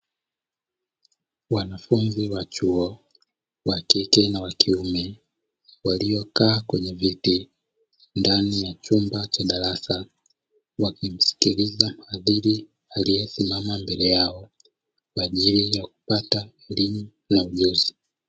Wanafunzi wa chuo wa kike na wa kiume waliokaa kwenye viti ndani ya chumba cha darasa wakimsikiliza muhadhiri aliyesimama mbele yao kwa ajili ya kupata elimu na ujuzi.